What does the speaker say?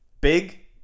Big